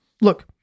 look